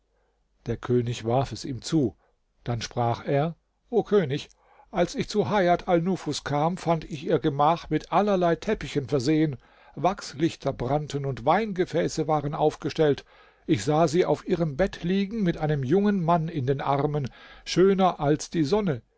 der könig warf es ihm zu dann sprach er o könig als ich zu hajat alnufus kam fand ich ihr gemach mit allerlei teppichen versehen wachslichter brannten und weingefäße waren aufgestellt ich sah sie auf ihrem bett liegen mit einem jungen mann in den armen schöner als die sonne